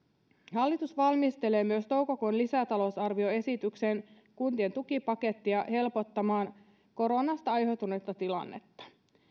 hallitus valmistelee myös toukokuun lisätalousarvioesitykseen kuntien tukipakettia helpottamaan koronasta aiheutunutta tilannetta